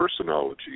personology